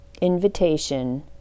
Invitation